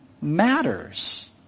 matters